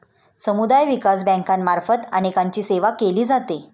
समुदाय विकास बँकांमार्फत अनेकांची सेवा केली जाते